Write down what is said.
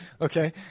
Okay